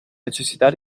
necessità